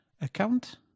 account